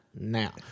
now